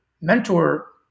mentor